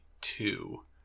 two